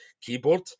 keyboard